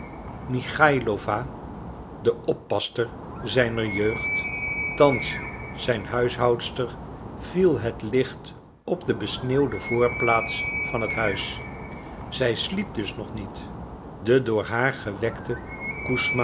michailowna de oppasster zijner jeugd thans zijn huishoudster viel het licht op de besneeuwde voorplaats van het huis zij sliep dus nog niet de door haar gewekte